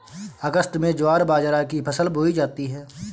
अगस्त में ज्वार बाजरा की फसल बोई जाती हैं